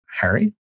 Harry